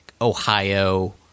Ohio